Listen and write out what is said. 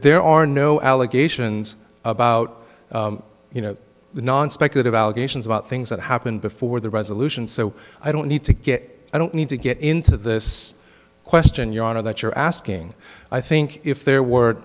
there are no allegations about you know the non speculative allegations about things that happened before the resolution so i don't need to get i don't need to get into this question your honor that you're asking i think if there were